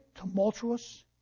tumultuous